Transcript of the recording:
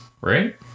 Right